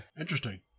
Interesting